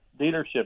dealership